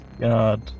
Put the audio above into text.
God